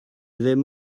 ddim